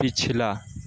پچھلا